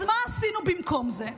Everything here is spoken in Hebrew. אז מה עשינו במקום זה?